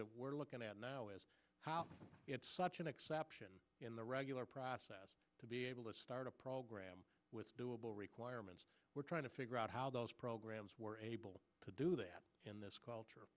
that we're looking at now is it's such an exception in the regular process to be able to start a program with doable requirements we're trying to figure out how those programs were able to do that in this culture